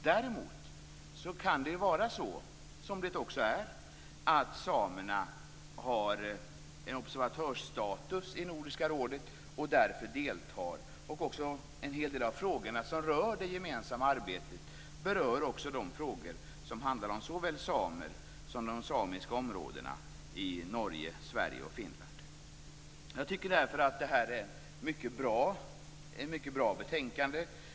Däremot kan det vara så - som det också är - att samerna har observatörsstatus i Nordiska rådet och därför deltar. En hel del av de frågor som rör det gemensamma arbetet berör också frågor om såväl samer som de samiska områdena i Norge, Sverige och Jag tycker därför att det här är ett mycket bra betänkande.